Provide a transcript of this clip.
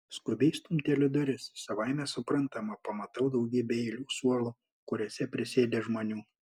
skubiai stumteliu duris savaime suprantama pamatau daugybę eilių suolų kuriuose prisėdę žmonių